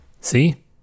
See